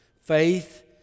faith